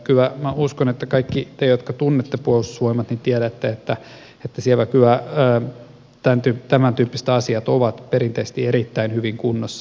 kyllä minä uskon että kaikki te jotka tunnette puolustusvoimat tiedätte että siellä kyllä tämän tyyppiset asiat ovat perinteisesti erittäin hyvin kunnossa